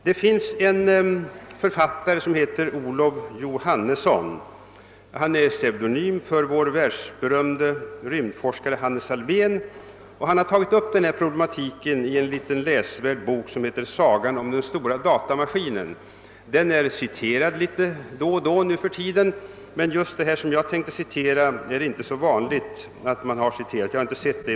Det finns en författare som kallar sig Olof Johannesson, pseudonym för vår världsberömde rymdforskare Hannes Alfvén. Han har tagit upp denna problematik i en liten läsvärd bok som heter »Sagan om den stora datamaskinen«. Denna citeras nu för tiden litet då och då, men just det som jag ämnar citera har jag inte sett återgivet.